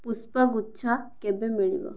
ପୁଷ୍ପ ଗୁଚ୍ଛ କେବେ ମିଳିବ